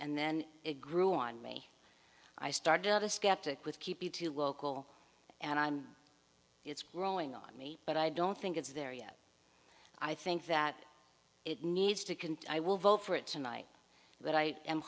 and then it grew on me i started out a skeptic with keep it to local and i'm it's growing on me but i don't think it's there yet i think that it needs to continue i will vote for it tonight but i am